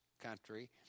country